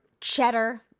cheddar